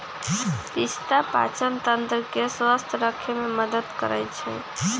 पिस्ता पाचनतंत्र के स्वस्थ रखे में मदद करई छई